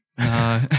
No